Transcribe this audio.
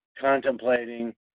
contemplating